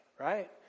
right